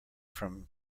from